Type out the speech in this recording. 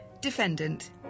Defendant